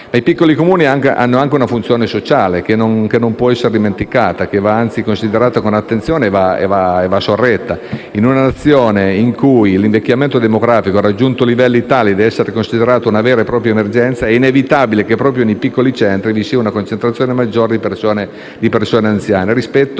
i piccoli Comuni hanno anche una funzione sociale che non può essere dimenticata, ma che anzi va considerata con attenzione e sorretta. In una Nazione in cui l'invecchiamento demografico ha raggiunto livelli tali da essere considerato una vera e propria emergenza, è inevitabile che proprio nei piccoli centri vi sia una concentrazione maggiore di persone anziane rispetto